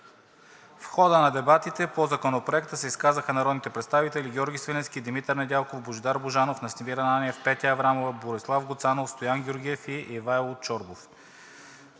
В хода на дебатите по Законопроекта се изказаха народните представители: Георги Свиленски, Димитър Недялков, Божидар Божанов, Настимир Ананиев, Петя Аврамова, Борислав Гуцанов, Стоян Георгиев и Ивайло Чорбов.